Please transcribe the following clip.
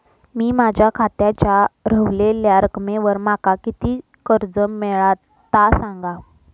मी माझ्या खात्याच्या ऱ्हवलेल्या रकमेवर माका किती कर्ज मिळात ता सांगा?